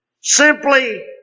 simply